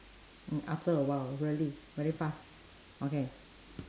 mm after a while really very fast okay